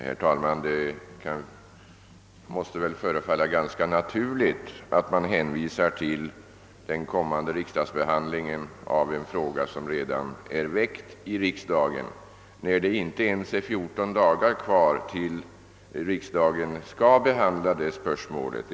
Herr talman! Det måste förefalla ganska naturligt att man hänvisar till den kommande riksdagsbehandlingen av en fråga som redan är väckt i riksdagen när det inte ens är fjorton dagar kvar till dess.